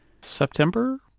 September